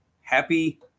Happy